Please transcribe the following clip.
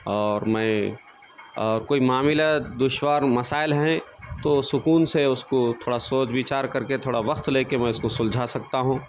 اور میں کوئی معاملہ دشوار مسائل ہیں تو سکون سے اس کو تھوڑا سوچ وچار کر کے تھوڑا وقت لے کے میں اس کو سلجھا سکتا ہوں